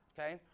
Okay